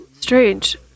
strange